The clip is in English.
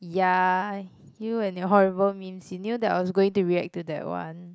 ya you and your horrible memes you knew I was going to react to that one